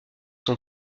son